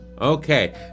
Okay